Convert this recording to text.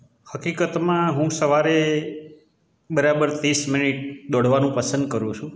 હકીકતમાં હું સવારે બરાબર તીસ મિનિટ દોડવાનું પસંદ કરું છું